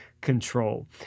control